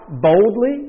boldly